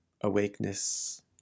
awakeness